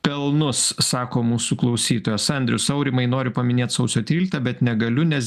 pelnus sako mūsų klausytojas andrius aurimai noriu paminėt sausio tryliktą bet negaliu nes